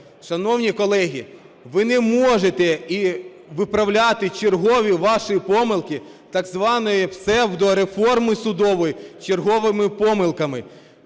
Шановні колеги, ви не можете виправляти чергові ваші помилки так званої псевдореформи судової черговими помилками.